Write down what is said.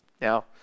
Now